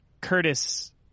Curtis